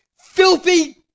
filthy